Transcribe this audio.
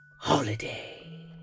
Holiday